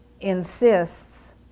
insists